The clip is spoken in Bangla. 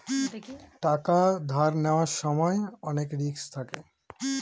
টাকা ধার নেওয়ার সময় অনেক রিস্ক থাকে